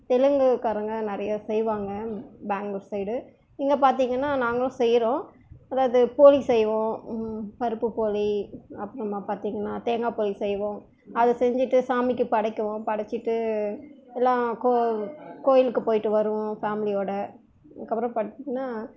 தெலுங்குக்காரங்க நிறைய செய்வாங்க பெங்க்ளூர் சைடு இங்கே பார்த்திங்கன்னா நாங்களும் செய்கிறோம் அதாவது போளி செய்வோம் பருப்பு போளி அப்புறமா பார்த்தீங்கன்னா தேங்காய் போளி செய்வோம் அதை செஞ்சுட்டு சாமிக்கு படைக்குவோம் படைச்சிட்டு எல்லாம் கோவிலுக்கு போய்ட்டு வருவோம் ஃபேமிலியோடு அதுக்கப்புறம் பார்த்திங்கன்னா